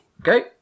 Okay